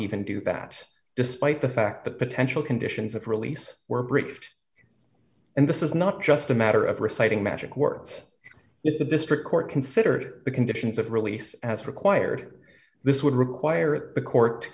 even do that despite the fact that potential conditions of release were briefed and this is not just a matter of reciting magic words if the district court considered the conditions of release as required this would require the court to